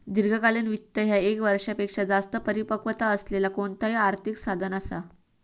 दीर्घकालीन वित्त ह्या ये क वर्षापेक्षो जास्त परिपक्वता असलेला कोणताही आर्थिक साधन असा